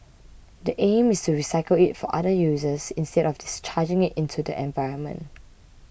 the aim is to recycle it for other users instead of discharging it into the environment